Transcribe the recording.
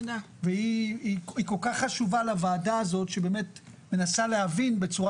היא כל כך חשובה לוועדה הזאת שבאמת מנסה להבין בצורה